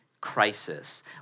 crisis